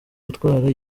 gutwara